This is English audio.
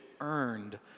earned